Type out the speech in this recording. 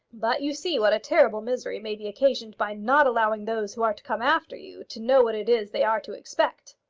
but you see what terrible misery may be occasioned by not allowing those who are to come after you to know what it is they are to expect.